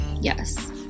Yes